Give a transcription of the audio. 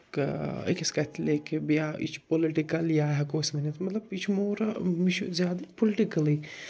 أکِس کَتھِ لے کے یا یہِ چھُ پُلِٹِکَل یا ہٮ۪کو أسۍ ؤنِتھ مطلب یہِ چھُ موٗرا یہِ چھُ زیادٕ پُلِٹِکلٕے